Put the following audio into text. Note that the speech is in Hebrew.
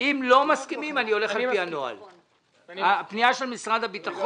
אם לא מסכימים אלך על פי הנוהל.